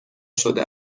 شده